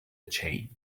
chain